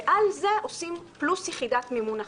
ועל זה עושים פלוס יחידת מימון אחת.